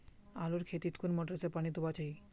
आलूर खेतीत कुन मोटर से पानी दुबा चही?